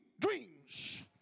dreams